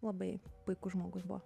labai puikus žmogus buvo